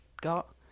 got